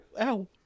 ow